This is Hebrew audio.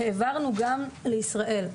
העברנו גם לישראל.